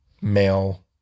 male